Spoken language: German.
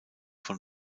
von